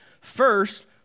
First